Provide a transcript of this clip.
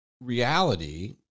reality